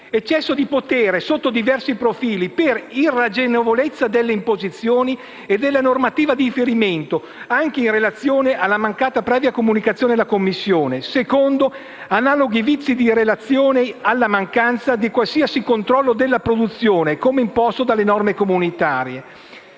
eccesso di potere sotto diversi profili, per irragionevolezza della imposizione e della normativa di riferimento, anche in relazione alla mancata previa comunicazione della Commissione; secondo: analoghi vizi in relazione alla mancanza di qualsiasi controllo della produzione, come imposto dalle norme comunitarie.